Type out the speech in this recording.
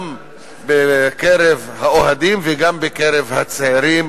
גם בקרב האוהדים וגם בקרב הצעירים,